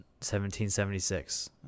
1776